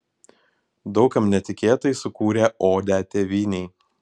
daug kam netikėtai sukūrė odę tėvynei